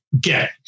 get